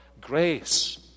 grace